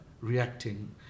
reacting